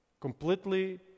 completely